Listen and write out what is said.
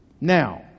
Now